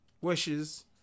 wishes